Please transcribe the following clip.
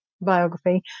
biography